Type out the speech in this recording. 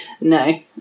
No